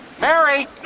Mary